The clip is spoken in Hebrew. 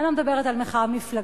אני לא מדברת על מחאה מפלגתית,